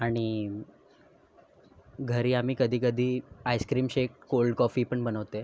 आणि घरी आम्ही कधी कधी आईसक्रीम शेक कोल्ड कॉफी पण बनवते